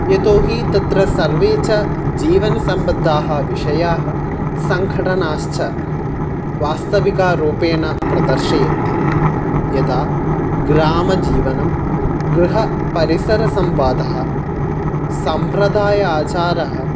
यतो हि तत्र सर्वे च जीवनसम्बद्धाः विषयाः सङ्घटनाश्च वास्तविकारूपेण प्रदर्शयन्ति यदा ग्रामजीवनं गृहपरिसरसंवादः सम्प्रदाय आचारः